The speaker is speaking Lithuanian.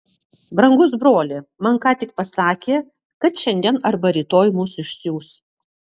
brangus broli man ką tik pasakė kad šiandien arba rytoj mus išsiųs